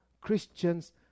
Christian's